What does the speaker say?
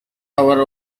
our